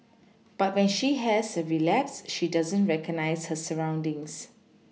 but when she has a relapse she doesn't recognise her surroundings